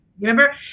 remember